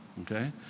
okay